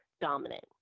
dominant